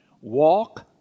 walk